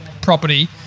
property